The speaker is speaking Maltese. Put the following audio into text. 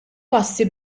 passi